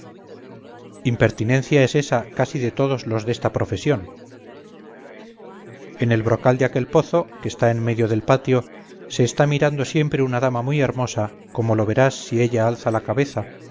impertinencia es ésa casi de todos los desta profesión en el brocal de aquel pozo que está en medio del patio se está mirando siempre una dama muy hermosa como lo verás si ella alza la cabeza